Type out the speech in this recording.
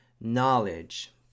knowledge